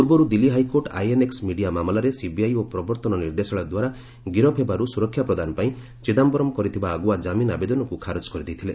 ପୂର୍ବରୁ Delhi high court INX media ମାମଲାର CBI ଓ ପ୍ରବର୍ତ୍ତନ ନିର୍ଦ୍ଦେଶାଳୟ ଦ୍ୱାରା ଗିରଫ ହେବାରୁ ସୁରକ୍ଷା ପ୍ରଦାନ ପାଇଁ ଚିଦାୟରମ୍ କରିଥିବା ଆଗୁଆ କାମିନ ଆବେଦନକୁ ଖାରଜ କରିଦେଇଥିଲେ